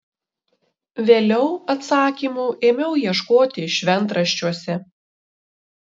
vėliau atsakymų ėmiau ieškoti šventraščiuose